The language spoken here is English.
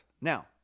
Now